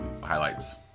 highlights